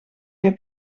heb